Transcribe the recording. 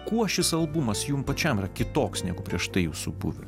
kuo šis albumas jum pačiam yra kitoks negu prieš tai jūsų buvę